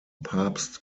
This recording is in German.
papst